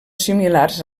similars